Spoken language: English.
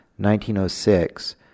1906